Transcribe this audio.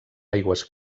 aigües